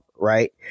right